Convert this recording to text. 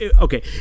okay